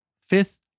fifth